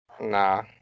nah